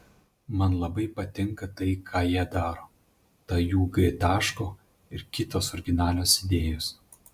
man labai patinka tai ką jie daro ta jų g taško ir kitos originalios idėjos